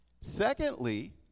Secondly